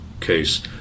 case